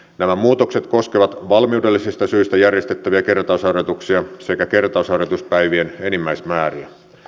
nämä muutokset koskevat valmiudellisista syistä järjestettäviä kertausharjoituksia sekä kertausharjoituspäivien enimmäismääriä